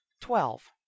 Twelve